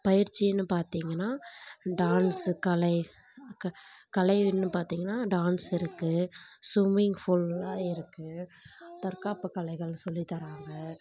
பயிற்சின்னு பார்த்தீங்கன்னா டான்ஸு கலை க கலையுன்னு பார்த்தீங்கன்னா டான்ஸ் இருக்கு சும்மிங் ஃபூல்லாம் இருக்கு தற்காப்பு கலைகள் சொல்லித் தராங்க